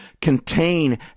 contain